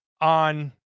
on